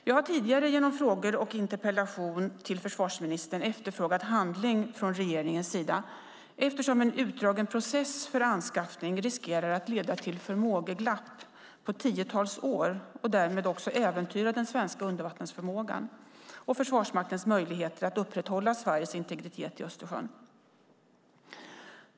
Jag har tidigare genom frågor och en interpellation till försvarsministern efterfrågat handling från regeringens sida, eftersom en utdragen process för anskaffning riskerar att leda till förmågeglapp på tiotals år och därmed också äventyra den svenska undervattensförmågan och Försvarsmaktens möjligheter att upprätthålla Sveriges integritet i Östersjön.